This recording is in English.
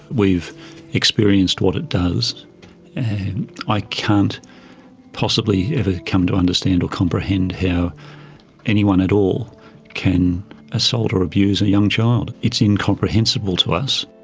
we've experienced what it does i can't possibly ever come to understand or comprehend how anyone at all can assault or abuse a young child it's incomprehensible to us.